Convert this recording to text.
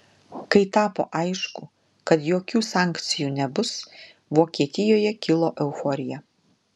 kai tapo aišku kad jokių sankcijų nebus vokietijoje kilo euforija